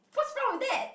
what's wrong with that